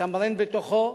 לתמרן בתוכו,